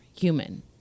human